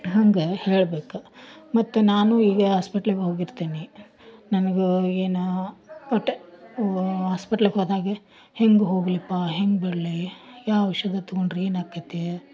ಹಂಗೆ ಹೇಳ್ಬೇಕು ಮತ್ತು ನಾನು ಈಗ ಆಸ್ಪಿಟ್ಲಿಗೆ ಹೋಗಿರ್ತೀನಿ ನನ್ಗೆ ಏನ ಕೊಟೆ ಹಾಸ್ಪಿಟ್ಲ್ಗೆ ಹೋದಾಗೆ ಹೆಂಗೆ ಹೋಗ್ಲಿಪ್ಪ ಹೆಂಗೆ ಬರಲಿ ಯಾವ ಶುಗರ್ ತಗೊಂಡರೆ ಏನಾಕೈತೆ